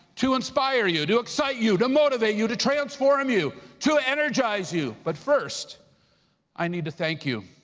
to inspire you, to excite you, to motivate you, to transform you, to energize you. but first i need to thank you,